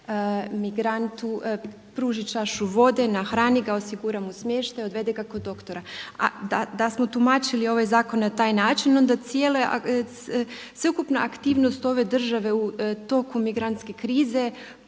migrantu pruži čašu vode, nahrani ga, osigura mu smještaj, odvede ga kod doktora. A da smo tumačili ovaj zakon na taj način onda cijela, sveukupna aktivnost ove države u toku migrantske krize